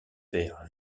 faire